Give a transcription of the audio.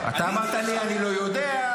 אתה אמרת לי: אני לא יודע,